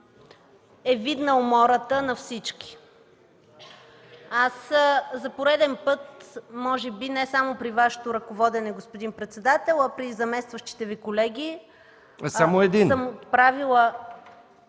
е видна умората на всички. За пореден път, може би не само при Вашето ръководене, господин председател, а и при заместващите Ви колеги...